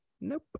Nope